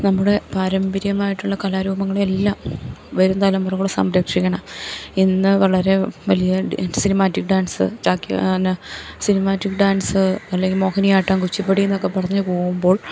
നമ്മുടെ പാരമ്പര്യമായിട്ടുള്ള കലാരൂപങ്ങളെയെല്ലാം വരും തലമുറകൾ സംരക്ഷിക്കണം ഇന്ന് വളരെ വലിയ സിനിമാറ്റിക് ഡാൻസ് ചാക്യ എന്നാ സിനിമാറ്റിക് ഡാൻസ് അല്ലെങ്കിൽ മോഹിനിയാട്ടം കുച്ചിപ്പടിന്നൊക്കെ പറഞ്ഞ് പോകുമ്പോൾ